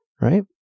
Right